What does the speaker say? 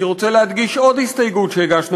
אני רוצה להדגיש עוד הסתייגות שהגשנו